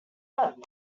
but